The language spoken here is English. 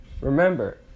Remember